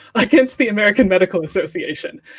against the american medical association.